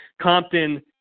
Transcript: Compton